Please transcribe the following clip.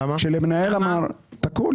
תקול,